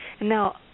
Now